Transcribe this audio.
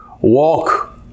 walk